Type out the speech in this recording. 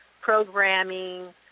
programming